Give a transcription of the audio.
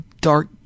dark